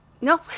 No